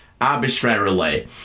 arbitrarily